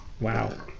wow